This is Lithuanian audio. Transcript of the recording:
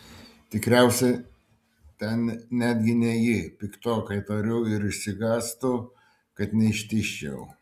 tikriausiai ten netgi ne ji piktokai tariu ir išsigąstu kad neištižčiau